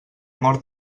mort